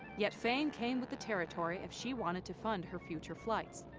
yet fame came with the territory if she wanted to fund her future flights.